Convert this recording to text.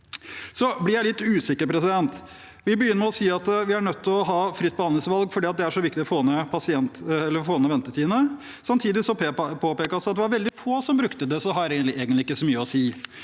Så blir jeg litt usikker. Man begynner med å si at vi er nødt til å ha fritt behandlingsvalg, for det er så viktig å få ned ventetiden. Samtidig påpekes det at det var veldig få som brukte det, så det har egentlig ikke så mye å si.